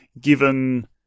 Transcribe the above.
given